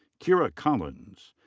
kira collins.